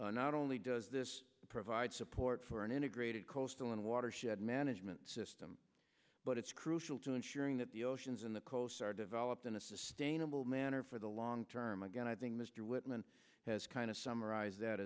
hawaii not only does this provide support for an integrated coastal and watershed management system but it's crucial to ensuring that the oceans and the coasts are developed in a sustainable manner for the long term again i think mr whitman has kind of summarized that